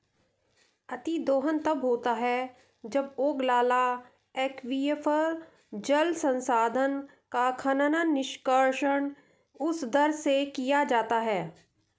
अतिदोहन तब होता है जब ओगलाला एक्वीफर, जल संसाधन का खनन, निष्कर्षण उस दर से किया जाता है